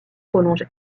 prolonge